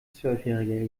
zwölfjähriger